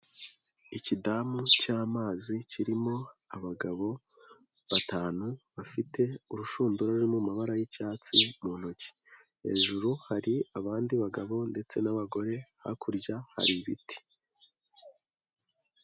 lkidamu cy'amazi kirimo abagabo batanu, bafite urushundura ruri mu mabara y'icyatsi mu ntoki, hejuru hari abandi bagabo ndetse n'abagore, hakurya hari ibiti.